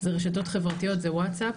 זה רשתות חברתיות, זה וואטסאפ,